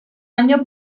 año